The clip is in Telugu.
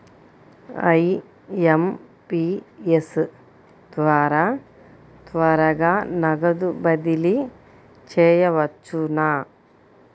ఐ.ఎం.పీ.ఎస్ ద్వారా త్వరగా నగదు బదిలీ చేయవచ్చునా?